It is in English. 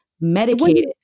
medicated